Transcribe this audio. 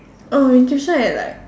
oh you tuition at like